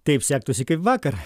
taip sektųsi kaip vakar